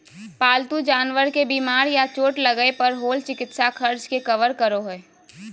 पालतू जानवर के बीमार या चोट लगय पर होल चिकित्सा खर्च के कवर करो हइ